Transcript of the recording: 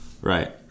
Right